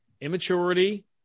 immaturity